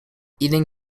eating